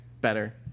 better